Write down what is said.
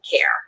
care